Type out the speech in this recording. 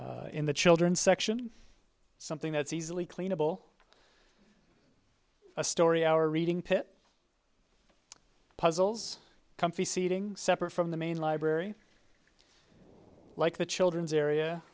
in the children's section something that's easily clean of all a story our reading pit puzzles comfy seating separate from the main library like the children's